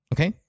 Okay